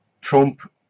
Trump